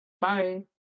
Bye